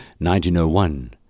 1901